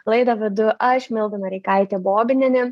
laidą vedu aš milda noreikaitė bobinienė